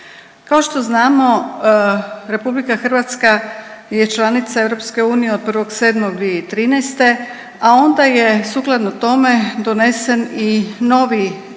Kao što znamo Republika Hrvatska je članica EU od 1.7.2013. a onda je sukladno tome donesen i novi